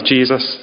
Jesus